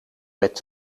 met